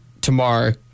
tomorrow